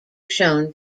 shown